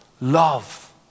Love